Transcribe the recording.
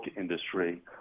industry